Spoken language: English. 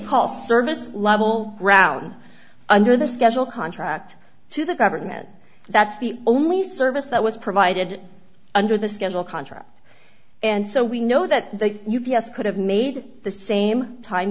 service level ground under the schedule contract to the government that's the only service that was provided under the schedule contract and so we know that the u b s could have made the same time